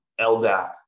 LDAP